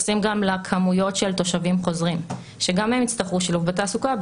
לכמויות של תושבים חוזרים שגם הם יצטרכו שילוב בתעסוקה,